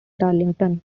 darlington